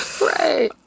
right